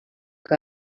que